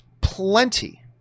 plenty